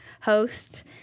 host